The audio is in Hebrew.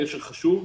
קשר חשוב.